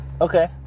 okay